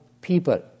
people